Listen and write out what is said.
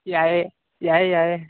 ꯌꯥꯏꯌꯦ ꯌꯥꯏꯌꯦ ꯌꯥꯏꯌꯦ